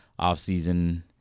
offseason